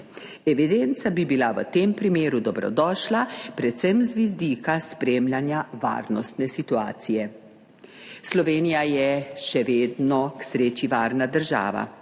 Evidenca bi bila v tem primeru dobrodošla predvsem z vidika spremljanja varnostne situacije. Slovenija je še vedno k sreči varna država.